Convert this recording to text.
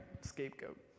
Scapegoat